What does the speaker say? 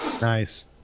nice